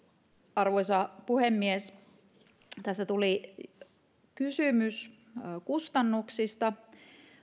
arvoisa puhemies tässä tuli kysymys kustannuksista